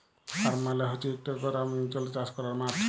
farm মালে হছে ইকট গেরামাল্চলে চাষ ক্যরার মাঠ